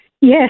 Yes